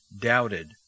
doubted